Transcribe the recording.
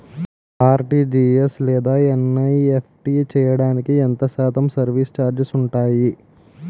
RTGS లేదా NEFT చేయడానికి ఎంత శాతం సర్విస్ ఛార్జీలు ఉంటాయి?